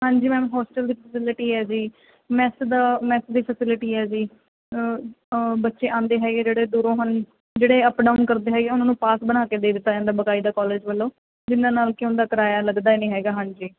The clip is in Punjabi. ਹਾਂਜੀ ਮੈਮ ਹੋਸਟਲ ਦੀ ਫੈਸਿਲਿਟੀ ਹੈ ਜੀ ਮੈੱਸ ਦਾ ਮੈੱਸ ਦੀ ਫੈਸਿਲਿਟੀ ਹੈ ਜੀ ਆ ਬੱਚੇ ਆਉਂਦੇ ਹੈਗੇ ਜਿਹੜੇ ਦੂਰੋਂ ਹਨ ਜਿਹੜੇ ਅਪ ਡਾਊਨ ਕਰਦੇ ਹੈਗੇ ਉਹਨਾਂ ਨੂੰ ਪਾਸ ਬਣਾ ਕੇ ਦੇ ਦਿੱਤਾ ਜਾਂਦਾ ਬਕਾਇਦਾ ਕਾਲਜ ਵੱਲੋਂ ਜਿਹਨਾਂ ਨਾਲ ਕਿ ਉਹਨਾਂ ਦਾ ਕਿਰਾਇਆ ਲੱਗਦਾ ਹੀ ਨਹੀਂ ਹੈਗਾ ਹਾਂਜੀ